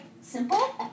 simple